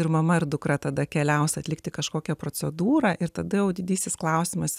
ir mama ir dukra tada keliaus atlikti kažkokią procedūrą ir tada didysis klausimas